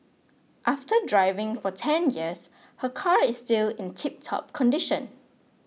after driving for ten years her car is still in tiptop condition